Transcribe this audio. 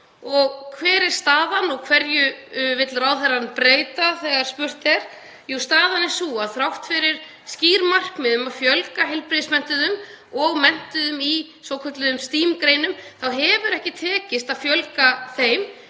Hver er staðan og hverju vill ráðherrann breyta, er spurt. Jú, staðan er sú að þrátt fyrir skýr markmið um að fjölga heilbrigðismenntuðum og menntuðum í svokölluðum STEAM-greinum þá hefur ekki tekist að fjölga þeim.